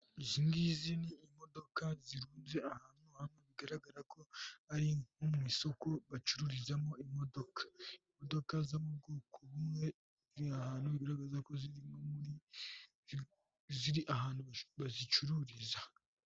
Izi ngizi ni imodoka zihurira ahantu hamwe, bigaragara ko ari nko mu isoko bacururizamo imodoka. Imodoka zo mu bwoko bumwe ziri ahantu bigaragaza ko ziri ahantu bazicururiza.